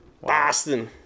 Boston